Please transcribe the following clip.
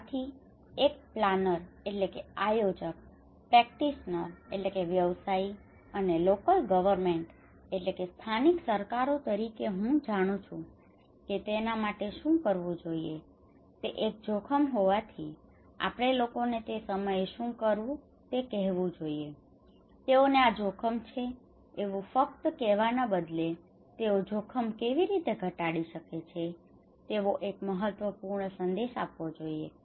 આથી એક planner planner આયોજક પ્રેક્ટિસનર practitioner વ્યવસાયી અને લોકલ ગવર્નમેન્ટ local government સ્થાનિક સરકારો તરીકે હું જાણું છું કે તેના માટે શું કરવું જોઈએ તે એક જોખમ હોવાથી આપણે લોકોને તે સમયે શું કરવું તે કહેવું જોઈએ તેઓને આ જોખમ છે એવું ફક્ત કેવાના બદલે તેઓ જોખમ કેવી રીતે ઘટાડી શકે છે તેવો એક મહત્વપૂર્ણ સંદેશ આપવો જોઈએ